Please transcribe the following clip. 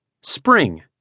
Spring